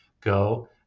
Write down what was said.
go